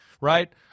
right